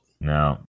no